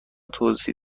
توضیح